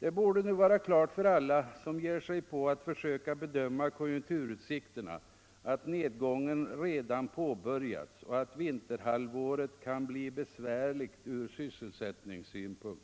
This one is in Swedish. Det borde nu vara klart för alla som ger sig på att försöka bedöma konjunkturutsikterna, att nedgången redan påbörjats och att vinterhalvåret kan bli besvärligt från sysselsättningssynpunkt.